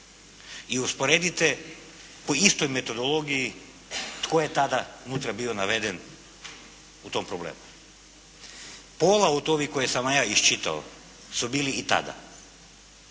i usporedite po istoj metodologiji tko je tada unutra bio naveden u tom problemu. Pola od ovih koje sam vam ja isčitao su bili i tada.